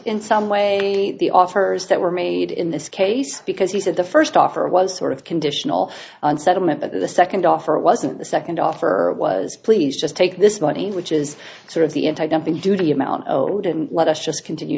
in some way the offers that were made in this case because he said the first offer was sort of conditional on settlement but the second offer wasn't the second offer was please just take this money which is sort of the antidumping duty amount owed and let us just continue